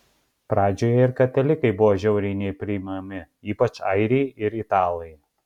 pradžioje ir katalikai buvo žiauriai nepriimami ypač airiai ir italai